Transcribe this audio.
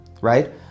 right